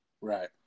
Right